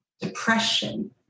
depression